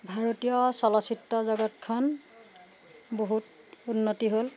ভাৰতীয় চলচ্চিত্ৰ জগতখন বহুত উন্নতি হ'ল